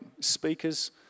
speakers